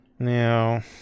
Now